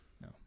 No